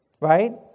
Right